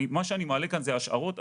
מה שאני מעלה כאן אלה השערות,